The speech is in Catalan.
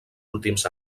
últims